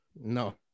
no